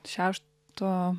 šeš to